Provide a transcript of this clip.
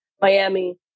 miami